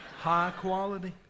high-quality